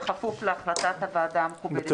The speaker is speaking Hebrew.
בכפוף להחלטת הוועדה המכובדת הזו.